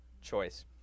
choice